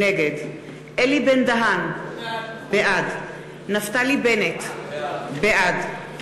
נגד אלי בן-דהן, בעד נפתלי בנט, בעד